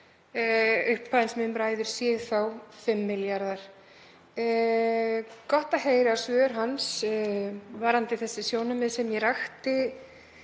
upphæðin sem um ræðir sé þá 5 milljarðar. Gott að heyra svör hans varðandi þau sjónarmið sem ég rakti